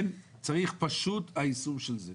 צריך פשוט היישום של זה.